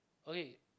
okay